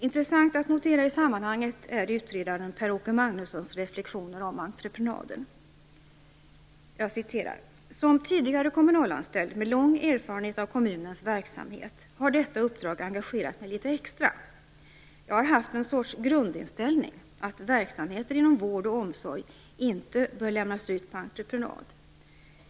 Intressant att notera i sammanhanget är utredaren "Som tidigare kommunalanställd med lång erfarenhet av kommunens verksamhet har detta uppdrag engagerat mig lite extra. Jag har haft en sorts grundinställning, att verksamheter inom vård och omsorg inte bör lämnas ut på entreprenad.